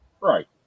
Right